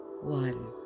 One